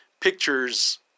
pictures